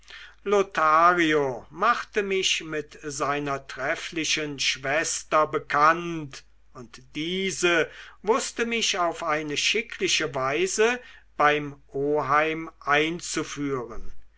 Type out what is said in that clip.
lothario machte mich mit seiner trefflichen schwester bekannt und diese wußte mich auf eine schickliche weise beim oheim einzuführen